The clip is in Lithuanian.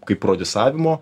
kaip prodisavimo